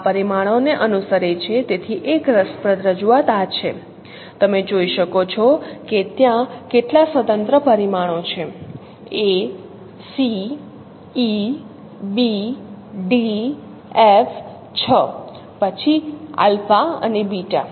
આ પરિમાણોને અનુસરે છે તેમાંથી એક રસપ્રદ રજૂઆત આ છે તમે જોઈ શકો છો કે ત્યાં કેટલા સ્વતંત્ર પરિમાણો છે a c e b d f 6 પછી આલ્ફા અને બીટા